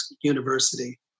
university